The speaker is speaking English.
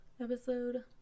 episode